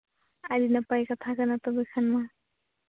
ᱟᱹᱰᱤ ᱱᱟᱯᱟᱭ ᱠᱟᱛᱷᱟ ᱠᱟᱱᱟ ᱛᱚᱵᱮ ᱠᱷᱟᱱ ᱢᱟ